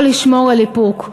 או לשמור על איפוק.